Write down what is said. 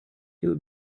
would